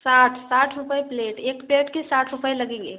साठ साठ रुपये प्लेट एक प्लेट के साठ रुपये लगेंगे